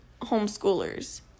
homeschoolers